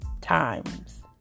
times